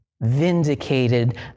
vindicated